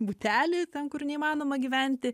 butelį ten kur neįmanoma gyventi